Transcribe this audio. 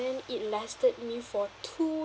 then it lasted me for two